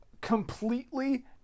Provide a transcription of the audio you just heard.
completely